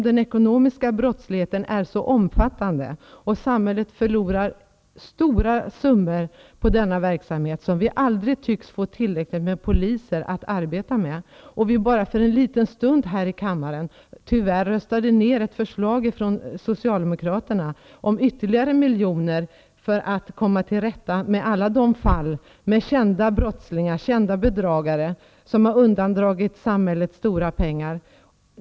Den ekonomiska brottsligheten är omfattande, och samhället förlorar stora summor på denna brottslighet, som vi aldrig tycks få tillräckligt med poliser att arbeta med. För bara en liten stund sedan röstade vi tyvärr ner ett förslag från Socialdemokraterna om ytterligare några miljoner för att komma till rätta med alla de fall med kända brottslingar och bedragare som undandragit samhället stora pengar.